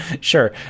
Sure